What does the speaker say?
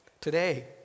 today